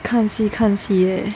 看戏看戏 right